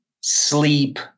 sleep